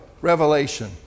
revelation